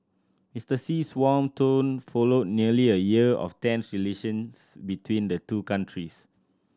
Mister Xi's warm tone followed nearly a year of tense relations between the two countries